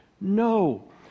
no